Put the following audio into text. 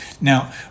Now